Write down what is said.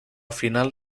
final